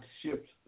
ships